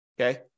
okay